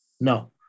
No